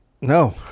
No